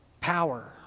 Power